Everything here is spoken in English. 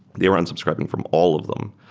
they were unsubscribing from all of them.